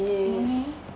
mmhmm